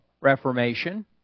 reformation